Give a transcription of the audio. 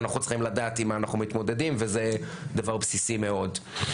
אנחנו צריכים לדעת עם מה אנחנו מתמודדים וזה דבר בסיסי מאוד.